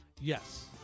Yes